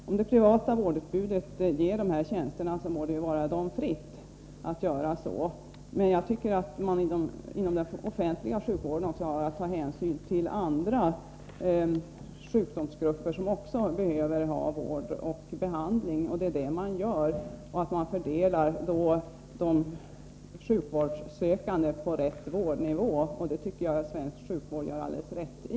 Om det privata vårdutbudet tillhandahåller dessa tjänster, må det vara det fritt att göra så. Men den offentliga sjukvården måste ta hänsyn också till andra sjukdomsgrupper, som behöver vård och behandling. Detta gör den offentliga vården. Den fördelar de sjukvårdssökande på rätt vårdnivå. Det tycker jag att svensk sjukvård gör alldeles rätt i.